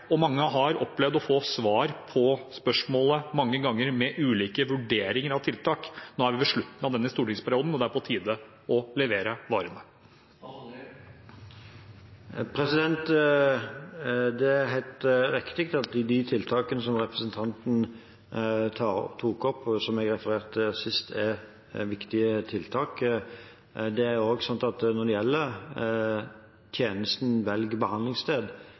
og mange har opplevd å få svar på spørsmålet mange ganger, med ulike vurderinger av tiltak. Nå er vi ved slutten av denne stortingsperioden, og det er på tide å levere varene. Det er helt riktig at de tiltakene som representanten tok opp, og som jeg refererte sist, er viktige tiltak. Når det gjelder tjenesten Velg behandlingssted, er den oppdatert og